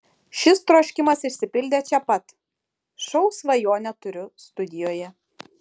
šis troškimas išsipildė čia pat šou svajonę turiu studijoje